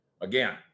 Again